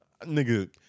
Nigga